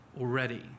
already